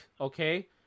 Okay